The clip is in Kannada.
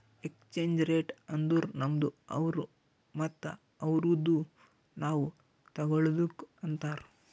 ಎಕ್ಸ್ಚೇಂಜ್ ರೇಟ್ ಅಂದುರ್ ನಮ್ದು ಅವ್ರು ಮತ್ತ ಅವ್ರುದು ನಾವ್ ತಗೊಳದುಕ್ ಅಂತಾರ್